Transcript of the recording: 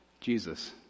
Jesus